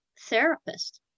therapist